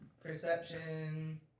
Perception